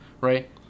right